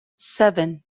seven